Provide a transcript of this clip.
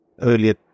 earlier